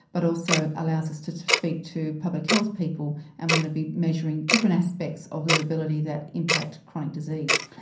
but also allows us to to speak to public health people and we are going to be measuring different aspects of liveability that impact chronic disease.